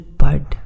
bud